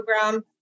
program